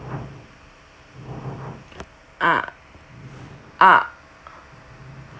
ah ah